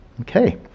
Okay